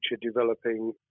developing